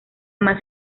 más